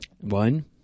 one